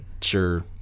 sure